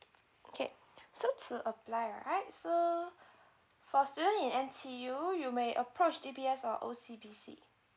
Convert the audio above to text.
okay so to apply right so for student in N_T_U you may approach D_B_S or O_C_B_C